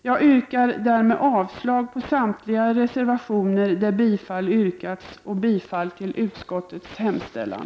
Jag yrkar härmed avslag på samtliga reservationer och bifall till utskottets hemställan.